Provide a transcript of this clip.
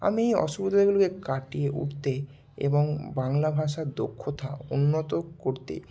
আমি এই অসুবিদাগুলিকে কাটিয়ে উঠতে এবং বাংলা ভাষার দক্ষতা উন্নত করতে